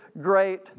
great